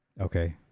Okay